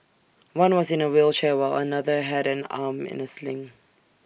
one was in A wheelchair while another had an arm in A sling